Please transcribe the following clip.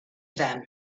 them